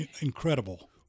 incredible